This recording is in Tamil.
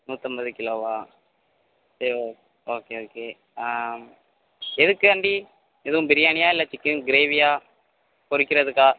நூற்றம்பது கிலோவா சரி ஓகே ஓகே எதுக்காண்டி எதுவும் பிரியாணியா இல்லை சிக்கன் க்ரேவியா பொரிக்கிறதுக்கா